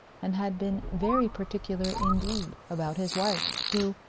and had been very particular indeed about his wife, who,